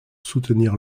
soutenir